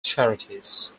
charities